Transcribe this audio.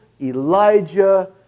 Elijah